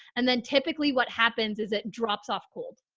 and then typically what happens is it drops off cold,